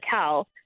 tell